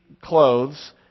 clothes